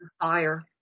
fire